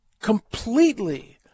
completely